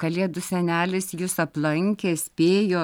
kalėdų senelis jus aplankė spėjo